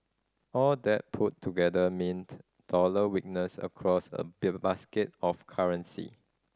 all that put together mean dollar weakness across a basket of currency